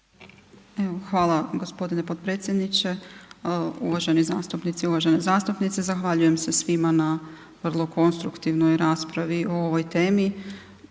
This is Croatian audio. Hvala gospodine potpredsjedničke. Uvaženi zastupnici, uvažene zastupnice zahvaljujem se svima na vrlo konstruktivnoj raspravi o ovoj temi.